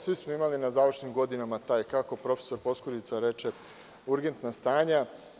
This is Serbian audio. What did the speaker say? Svi smo imali na završnim godinama ta, kako profesor Poskurica reče, urgentna stanja.